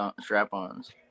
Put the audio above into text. strap-ons